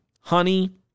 honey